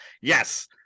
yes